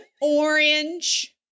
orange